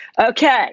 Okay